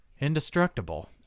indestructible